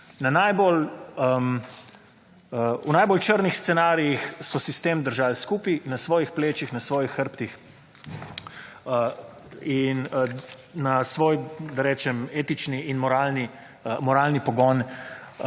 V najbolj črnih scenarijih so sistem držali skupaj na svojih plečih, na svojih hrbtih in na svoj, da rečem, etični in moralni pogon